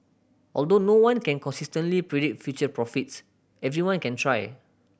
although no one can consistently predict future profits everyone can try